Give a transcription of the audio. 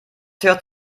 hört